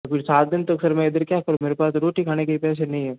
तो फिर सात दिन तो फिर मैं इधर क्या करूँ मेरे पास रोटी खाने के भी पैसे नहीं है